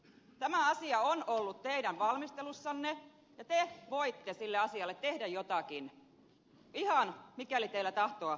tämä asia on ollut teidän valmistelussanne ja te voitte sille asialle tehdä jotakin mikäli teillä tahtoa siihen riittää